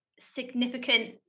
significant